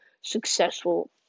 successful